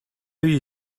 you